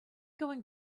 going